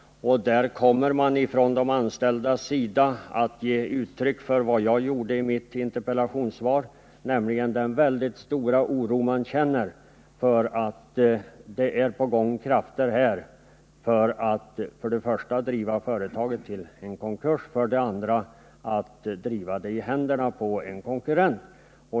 Där kommer man från de anställdas sida, liksom jag gjorde i min kommentar till interpellationssvaret, att ge uttryck för den mycket stora oro man känner för att krafter är på gång i syfte att för det första driva företaget till en konkurs, för det andra driva det i händerna på en konkurrent.